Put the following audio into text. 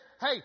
hey